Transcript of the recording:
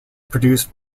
produced